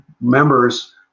members